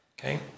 okay